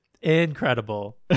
incredible